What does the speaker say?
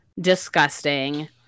disgusting